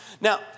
Now